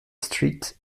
street